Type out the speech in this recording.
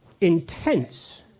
intense